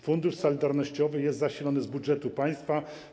Fundusz Solidarnościowy jest zasilany z budżetu państwa.